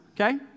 okay